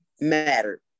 mattered